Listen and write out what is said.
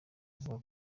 avuga